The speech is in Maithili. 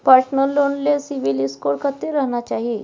पर्सनल लोन ले सिबिल स्कोर कत्ते रहना चाही?